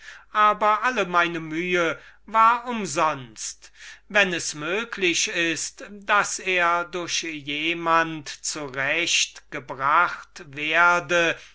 aber alle meine mühe war umsonst und wenn es möglich ist daß er durch jemand zu recht gebracht werden